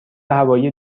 هوایی